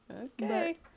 Okay